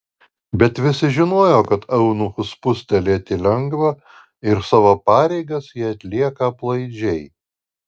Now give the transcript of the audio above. bet visi žinojo kad eunuchus spustelėti lengva ir savo pareigas jie atlieka aplaidžiai